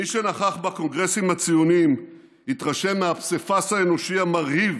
מי שנכח בקונגרסים הציוניים התרשם מהפסיפס האנושי המרהיב